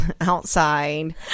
outside